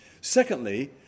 Secondly